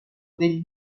del